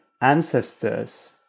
ancestors